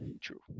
True